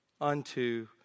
unto